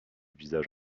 visage